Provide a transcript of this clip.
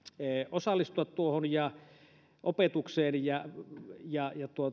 osallistua tuohon opetukseen ja ja